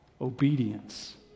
obedience